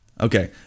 Okay